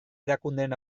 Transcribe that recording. erakundeen